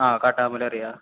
ആ കാട്ടാമല അറിയാം